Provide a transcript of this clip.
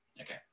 okay